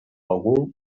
bagul